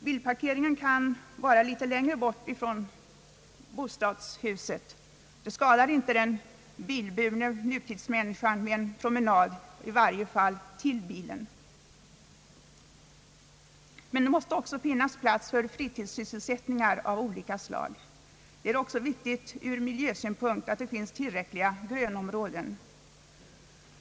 Bilparkeringen kan ligga längre bort från bostadshuset. Det skadar inte den bilburna nutidsmänniskan med en promenad, i varje fall till bilen. Det måste också finnas plats för fritidssyselssättningar av olika slag. Det är vidare viktigt ur miljösynpunkt att det finns tillräckliga grönområden.